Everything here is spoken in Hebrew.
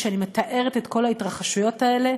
כשאני מתארת את כל ההתרחשויות האלה?